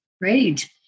Great